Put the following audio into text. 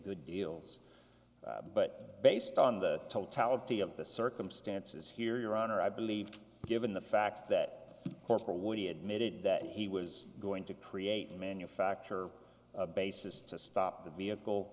the deals but based on the totality of the circumstances here your honor i believe given the fact that corporal woody admitted that he was going to create manufacture a basis to stop the vehicle